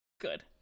Good